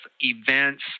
events